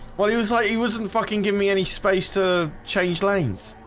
well, he was like he wasn't fucking giving me any space to change lanes